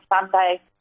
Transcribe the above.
Sunday